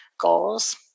goals